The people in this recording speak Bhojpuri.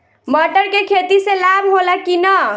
मटर के खेती से लाभ होला कि न?